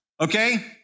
okay